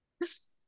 Yes